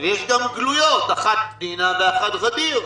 אבל יש גם גלויות, האחת פנינה והאחת ע'דיר,